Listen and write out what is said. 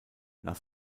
nach